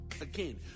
Again